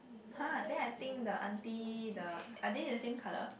!huh! then I think the auntie the are they the same colour